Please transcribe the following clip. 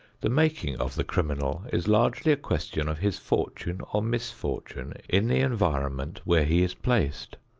the making of the criminal is largely a question of his fortune or misfortune in the environment where he is placed.